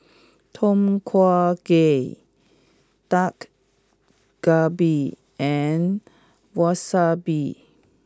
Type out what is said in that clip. Tom Kha Gai Dak Galbi and Wasabi